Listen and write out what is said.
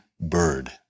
bird